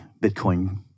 Bitcoin